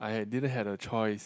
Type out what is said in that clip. I had didn't had a choice